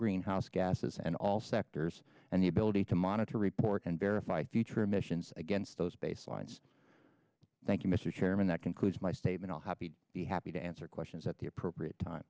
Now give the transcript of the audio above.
greenhouse gases and all sectors and the ability to monitor report and verify future missions against those baselines thank you mr chairman that concludes my statement all happy to be happy to answer questions at the appropriate time